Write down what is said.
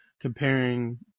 comparing